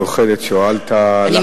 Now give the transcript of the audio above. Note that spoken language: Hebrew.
אדוני היושב-ראש.